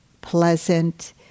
pleasant